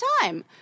time